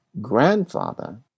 grandfather